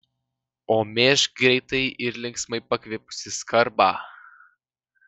o mėžk greitai ir linksmai pakvipusį skarbą